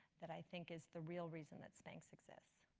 that i think is the real reason that spanx exists.